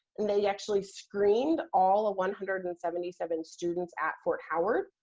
they actually screened all one hundred and seventy seven students at fort howard,